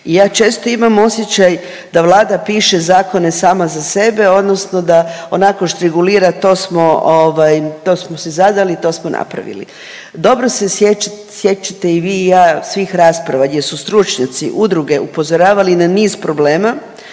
I ja često imam osjećaj da Vlada piše zakone sama za sebe odnosno da onako … to smo si zadali i to smo napravili. Dobro se sjećate i vi i ja svih rasprava gdje su stručnjaci, udruge upozoravali na niz problema,